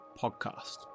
podcast